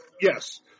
yes